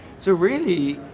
so really,